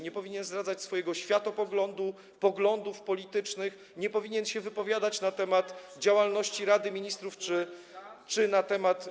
Nie powinien zdradzać swojego światopoglądu, poglądów politycznych, nie powinien się wypowiadać na temat działalności Rady Ministrów czy na temat.